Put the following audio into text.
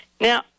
Now